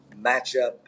matchup